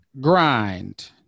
Grind